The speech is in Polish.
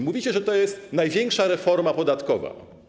Mówicie, że to jest największa reforma podatkowa.